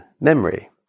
memory